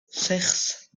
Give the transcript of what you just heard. sechs